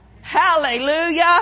Hallelujah